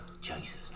Jesus